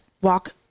walk